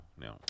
No